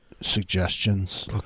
Suggestions